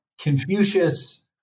Confucius